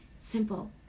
simple